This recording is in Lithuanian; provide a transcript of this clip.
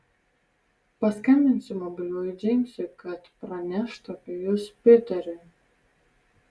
paskambinsiu mobiliuoju džeimsui kad praneštų apie jus piteriui